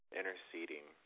interceding